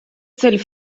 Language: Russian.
цель